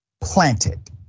planted